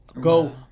Go